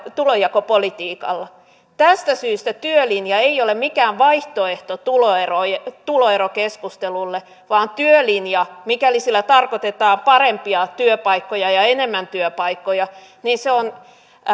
tulonjakopolitiikalla tästä syystä työlinja ei ole mikään vaihtoehto tuloerokeskustelulle vaan työlinjalla mikäli sillä tarkoitetaan parempia työpaikkoja ja enemmän työpaikkoja